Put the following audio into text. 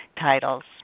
titles